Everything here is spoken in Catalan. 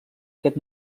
aquest